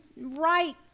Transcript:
right